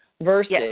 versus